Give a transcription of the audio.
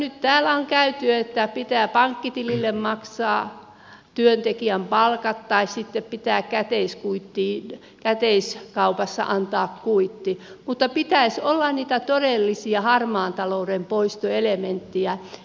nyt täällä on puhuttu että pitää pankkitilille maksaa työntekijän palkat tai sitten pitää käteiskaupassa antaa kuitti mutta pitäisi olla niitä todellisia harmaan talouden poistoelementtejä